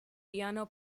piano